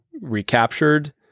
recaptured